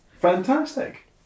Fantastic